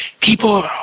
people